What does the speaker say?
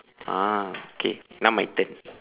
ah okay now my turn